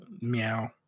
meow